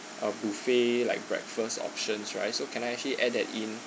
a buffet like breakfast options right so can I actually add that in